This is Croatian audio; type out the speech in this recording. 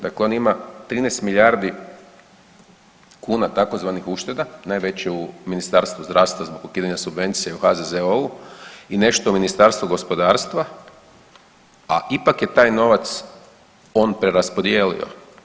Dakle on ima 13 milijardi kuna tzv. ušteda, najveće u Ministarstvu zdravstvo zbog ukidanja subvencija u HZZO-u i nešto u Ministarstvu gospodarstva, a ipak je taj novac on preraspodijelio.